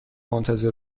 منتظر